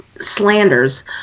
Slanders